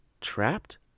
Trapped